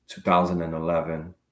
2011